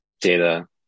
data